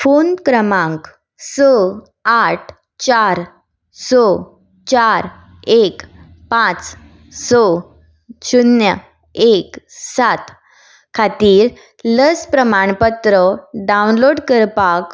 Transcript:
phone क्रमांक स आठ चार स चार एक पांच स शुन्य एक सात खातीर लस प्रमाणपत्र डावनलोड करपाक